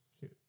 Shoot